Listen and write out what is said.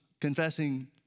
confessing